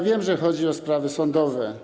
Wiem, że chodzi o sprawy sądowe.